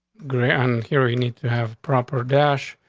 great. and here we need to have proper dash.